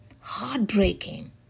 Heartbreaking